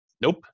nope